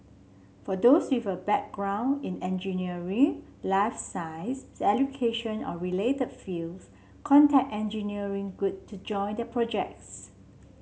for those with a background in engineering life or related fields contact Engineering Good to join the projects